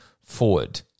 forward